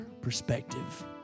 perspective